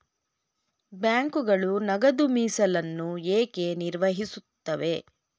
ಬ್ಯಾಂಕುಗಳು ನಗದು ಮೀಸಲನ್ನು ಏಕೆ ನಿರ್ವಹಿಸುತ್ತವೆ?